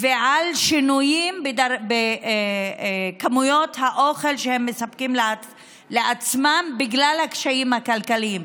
ועל שינויים בכמויות האוכל שהם מספקים לעצמם בגלל הקשיים הכלכליים.